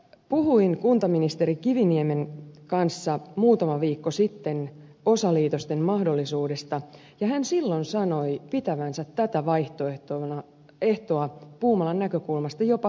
puhuin kuntaministeri kiviniemen kanssa muutama viikko sitten osaliitosten mahdollisuudesta ja hän silloin sanoi pitävänsä tätä vaihtoehtoa puumalan näkökulmasta jopa fiksuimpana